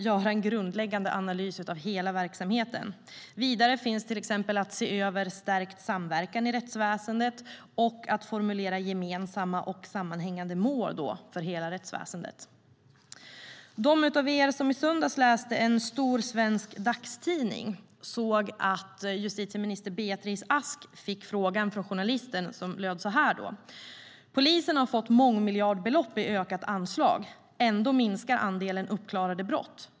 Vidare finns rekommendationen att se över stärkt samverkan i rättsväsendet och att formulera gemensamma och sammanhängande mål för hela rättsväsendet. De av er som i söndags läste en stor svensk dagstidning kunde läsa en intervju med justitieminister Beatrice Ask. Journalisten undrade följande: Polisen har fått mångmiljardbelopp i ökat anslag, och ändå minskar andelen uppklarade brott.